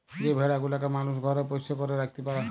যে ভেড়া গুলাকে মালুস ঘরে পোষ্য করে রাখত্যে পারে